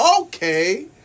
Okay